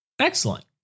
Excellent